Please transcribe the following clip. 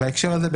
בהקשר הזה,